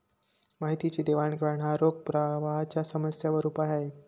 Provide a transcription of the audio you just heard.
माहितीची देवाणघेवाण हा रोख प्रवाहाच्या समस्यांवर उपाय आहे